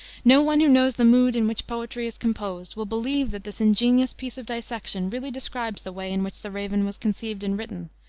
no one who knows the mood in which poetry is composed will believe that this ingenious piece of dissection really describes the way in which the raven was conceived and written,